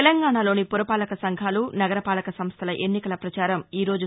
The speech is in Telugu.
తెలంగాణాలోని పురపాలక సంఘాలు నగరపాలక సంస్థల ఎన్నికల ప్రచారం ఈ రోజు ని